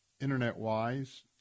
internet-wise